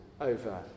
over